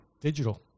Digital